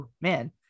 man